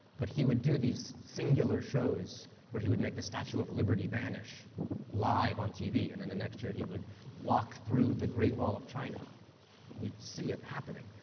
but he would do these singular shows where he would make the statue of liberty vanish live on tv. and then, the next year he would walk through the great wall of china, and you'd see it happening.